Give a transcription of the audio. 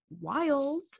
wild